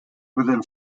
within